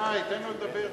די, תן לו לדבר.